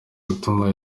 gutuma